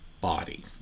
body